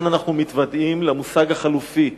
כאן אנחנו מתוודעים למושג החלופי,